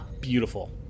Beautiful